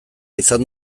izan